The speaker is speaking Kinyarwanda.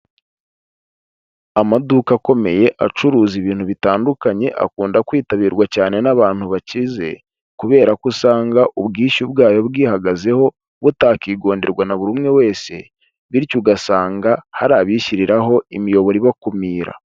Amaduka akomeye acuruza ibintu bitandukanye, akunda kwitabirwa cyane n'abantu bakize kubera ko usanga ubwishyu bwayo bwihagazeho, butakigonderwa na buri umwe wese bityo ugasanga hari abishyiriraho imiyoboro ibakumira.